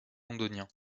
londonien